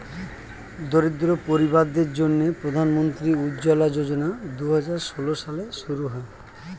দরিদ্র পরিবারদের জন্যে প্রধান মন্ত্রী উজ্জলা যোজনা দুহাজার ষোল সালে শুরু হয়